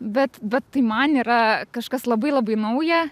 bet bet tai man yra kažkas labai labai nauja